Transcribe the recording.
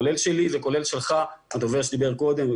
כולל שלי וכולל שלך הדובר שדיבר קודם,